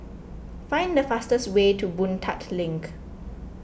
find the fastest way to Boon Tat Link